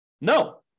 No